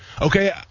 okay